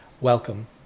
Welcome